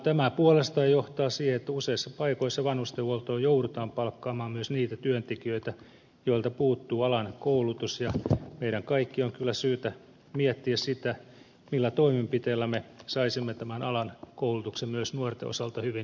tämä puolestaan johtaa siihen että useissa paikoissa vanhustenhuoltoon joudutaan palkkaamaan myös niitä työntekijöitä joilta puuttuu alan koulutus ja meidän kaikkien on kyllä syytä miettiä sitä millä toimenpiteillä me saisimme tämän alan koulutuksen myös nuorten osalta hyvin houkuttelevaksi